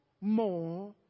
more